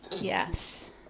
yes